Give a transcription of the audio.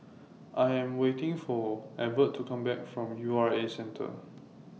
I Am waiting For Evert to Come Back from U R A Centre